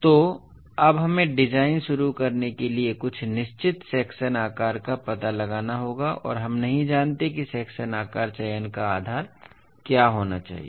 तो अब हमें डिज़ाइन शुरू करने के लिए कुछ निश्चित सेक्शन आकार का पता लगाना होगा और हम नहीं जानते कि सेक्शन आकार चयन का आधार क्या होना चाहिए